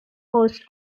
host